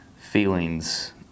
feelings